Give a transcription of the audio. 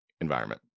environment